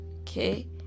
Okay